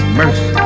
mercy